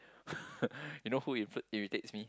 you know who it p~ irritates me